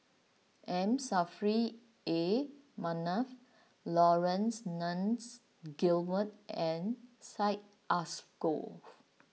M Saffri A Manaf Laurence Nunns Guillemard and Syed Alsagoff